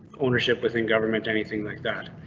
ownership within government. anything like that.